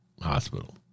hospital